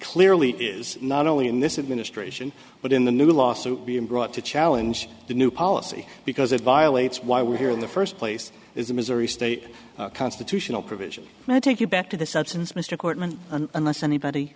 clearly is not only in this administration but in the new lawsuit being brought to challenge the new policy because it violates why we're here in the first place is the missouri state constitutional provision and i take you back to the substance mr courtman unless anybody